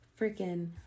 freaking